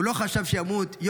הוא לא חשב שימות.